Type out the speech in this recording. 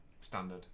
Standard